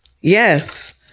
Yes